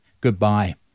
goodbye